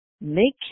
make